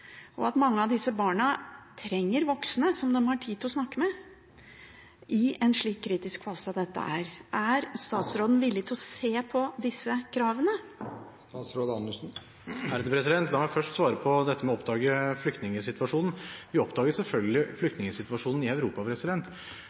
og at mange av disse barna trenger voksne som har tid til å snakke med dem i en slik kritisk fase som dette er. Er statsråden villig til å se på disse kravene? La meg først svare på dette med å oppdage flyktningsituasjonen. Vi oppdaget selvfølgelig flyktningsituasjonen i Europa,